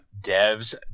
Dev's